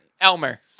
Elmer